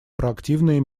проактивные